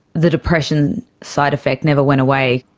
the depression side-effect never went away.